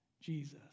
Jesus